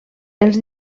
els